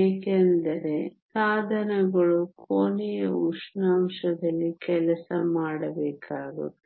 ಏಕೆಂದರೆ ಸಾಧನಗಳು ಕೋಣೆಯ ಉಷ್ಣಾಂಶದಲ್ಲಿ ಕೆಲಸ ಮಾಡಬೇಕಾಗುತ್ತದೆ